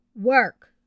work